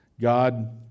God